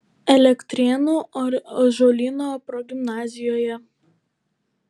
elektrėnų ąžuolyno progimnazijoje